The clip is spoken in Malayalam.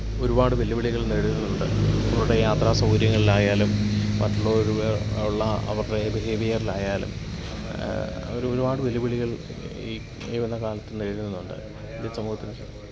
ഒരുപാട് വെല്ലുവിളികള് നേരിടുന്നുണ്ട് അവരുടെ യാത്രാസൗകര്യങ്ങളിലായാലും മറ്റുള്ളവരോട് ഉള്ള അവരുടെ ബീഹേവ്യറിലായാലും അവർ ഒരുപാട് വെല്ലുവിളികള് ഈ ഈ വരുന്ന കാലത്ത് നേരിടുന്നത് ഉണ്ട് ഈ സമൂഹത്തില്